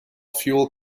fuel